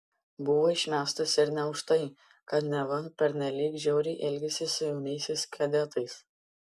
buvo išmestas ir ne už tai kad neva pernelyg žiauriai elgėsi su jaunaisiais kadetais